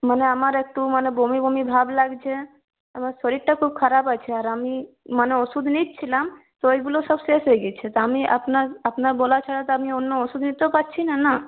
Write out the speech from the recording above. মানে আমার একটু মানে বমি বমি ভাব লাগছে আমার শরীরটা খুব খারাপ আছে আর আমি মানে ওষুধ নিচ্ছিলাম তো ওইগুলো সব শেষ হয়ে গেছে তো আমি আপনার আপনার বলা ছাড়া তো আমি অন্য ওষুধ নিতেও পারছি না না